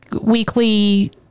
weekly